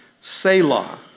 Selah